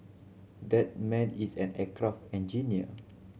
that man is an aircraft engineer